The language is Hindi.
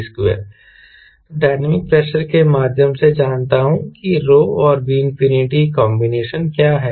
तो मैं डायनामिक प्रेशर के माध्यम से जानता हूं कि ρ और Vꝏ का कंबीनेशन क्या है